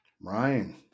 Ryan